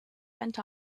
went